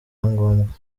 ngombwa